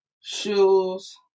shoes